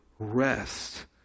rest